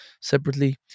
separately